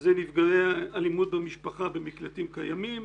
היו נפגעי אלימות במשפחה במקלטים קיימים,